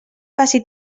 faci